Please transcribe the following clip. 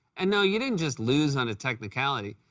and, no, you didn't just lose on a technicality,